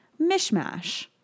mishmash